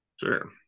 Sure